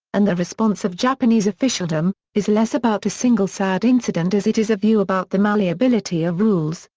and the response of japanese officialdom, is less about a single sad incident as it is a view about the malleability of rules,